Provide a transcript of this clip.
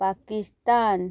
Pakistan